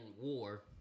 War